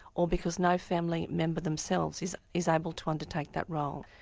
or because no family member themselves is is able to undertake that role.